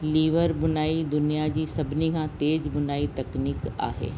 liver बुनाई दुनिया जी सभिनी खां तेज बुनाई तकनीकु आहे